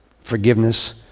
forgiveness